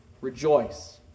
rejoice